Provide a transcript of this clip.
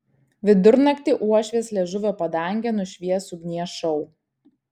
vidurnaktį uošvės liežuvio padangę nušvies ugnies šou